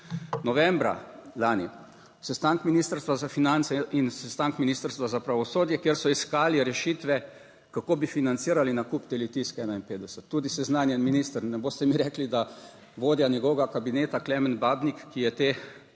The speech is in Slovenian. Novembra lani sestanek Ministrstva za finance in sestanek Ministrstva za pravosodje, kjer so iskali rešitve, kako bi financirali nakup te Litijske 51. Tudi seznanjen minister, ne boste mi rekli, da vodja njegovega kabineta Klemen Babnik, ki je te